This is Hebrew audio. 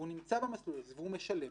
והוא נמצא במסלול הזה והוא משלם,